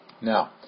Now